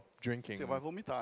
drinking